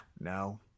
no